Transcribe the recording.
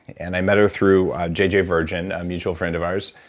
and i met her through jj virgin, a mutual friend of ours.